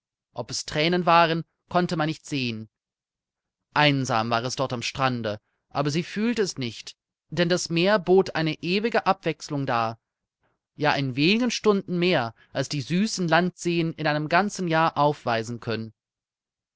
ob es thränen waren konnte man nicht sehen einsam war es dort am strande aber sie fühlte es nicht denn das meer bot eine ewige abwechselung dar ja in wenigen stunden mehr als die süßen landseen in einem ganzen jahr aufweisen können